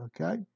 Okay